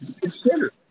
consider